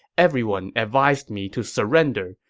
everyone advised me to surrender,